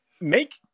make